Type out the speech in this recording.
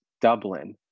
Dublin